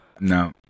No